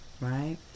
right